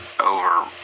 Over